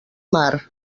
mar